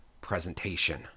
presentation